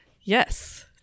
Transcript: yes